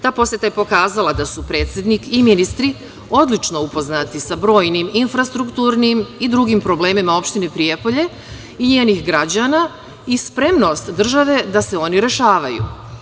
Ta poseta je pokazala da su predsednik i ministri odlično upoznati sa brojnim infrastrukturnim i drugim problemima u opštini Prijepolje i njenih građana i spremnost države da se oni rešavaju.